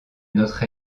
notre